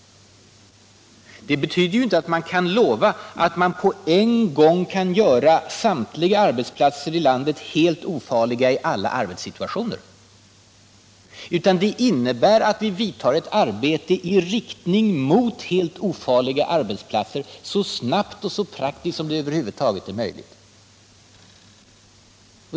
Men det betyder inte att man kan lova att på en gång göra samtliga arbetsplatser i landet helt ofarliga i alla arbetssituationer. Det innebär att vi arbetar i riktning mot helt ofarliga arbetsplatser så snabbt och så praktiskt som det över huvud taget är möjligt.